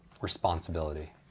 responsibility